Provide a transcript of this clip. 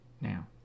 now